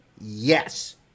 Yes